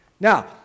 Now